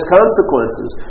consequences